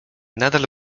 nadal